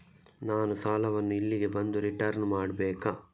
ನಾನು ಸಾಲವನ್ನು ಇಲ್ಲಿಗೆ ಬಂದು ರಿಟರ್ನ್ ಮಾಡ್ಬೇಕಾ?